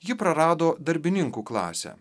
ji prarado darbininkų klasę